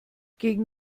gegen